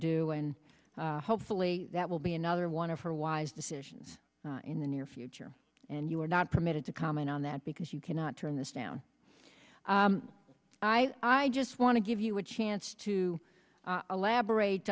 do and hopefully that will be another one of her wise decisions in the near future and you are not permitted to comment on that because you cannot turn this down i i just want to give you a chance to elaborate